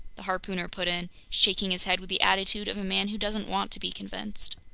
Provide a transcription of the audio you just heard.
the harpooner put in, shaking his head with the attitude of a man who doesn't want to be convinced.